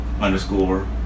underscore